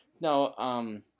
No